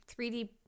3D